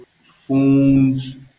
phones